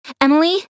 Emily